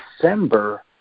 December